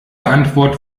antwort